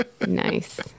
Nice